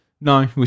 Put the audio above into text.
No